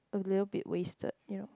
a little bit wasted ya